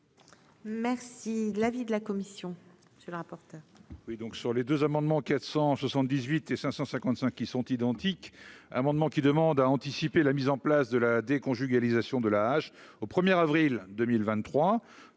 Merci l'avis de la commission, cela rapporte.